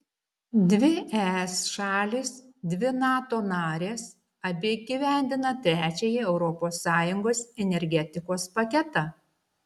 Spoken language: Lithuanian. dvi es šalys dvi nato narės abi įgyvendina trečiąjį europos sąjungos energetikos paketą